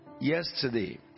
Yesterday